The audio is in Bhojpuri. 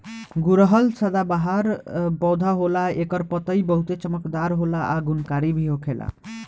गुड़हल सदाबाहर पौधा होला एकर पतइ बहुते चमकदार होला आ गुणकारी भी होखेला